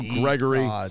Gregory